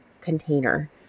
container